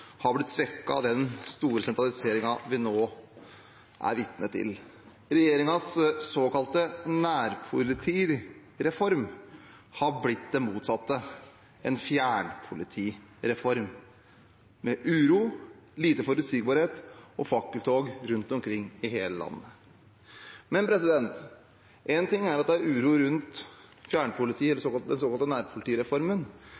har blitt svekket av den store sentraliseringen vi nå er vitne til. Regjeringens såkalte nærpolitireform har blitt det motsatte: en fjernpolitireform med uro, lite forutsigbarhet og fakkeltog rundt omkring i hele landet. Én ting er at det er uro rundt fjernpolitiet, eller